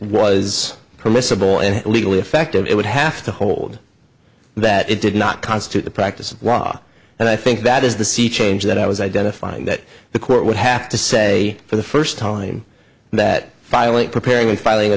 is permissible and legally effective it would have to hold that it did not constitute the practice of ra and i think that is the sea change that i was identifying that the court would have to say for the first time that filing preparing a filing a